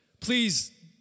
Please